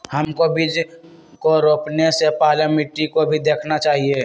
हमको बीज को रोपने से पहले मिट्टी को भी देखना चाहिए?